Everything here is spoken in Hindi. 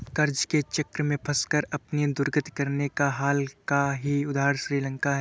कर्ज के चक्र में फंसकर अपनी दुर्गति कराने का हाल का ही उदाहरण श्रीलंका है